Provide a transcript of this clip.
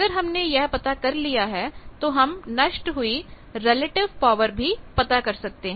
अगर हमने यह पता कर लिया है तो हम नष्ट हुई रिलेटिव पावर भी पता कर सकते हैं